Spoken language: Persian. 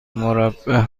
مربع